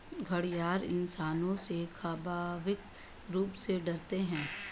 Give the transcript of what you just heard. घड़ियाल इंसानों से स्वाभाविक रूप से डरते है